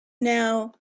now